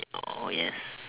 oh yes